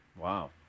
wow